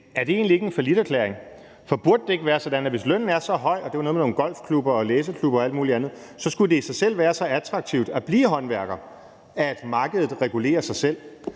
er det egentlig ikke en falliterklæring? Burde det ikke være sådan, at det, hvis lønnen er så høj – der blev nævnt noget om golfklubber, læseklubber og alt muligt andet – så i sig selv ville være så attraktivt at blive håndværker, at markedet regulerede sig selv?